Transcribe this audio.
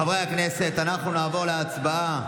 חברי הכנסת, אנחנו נעבור להצבעה.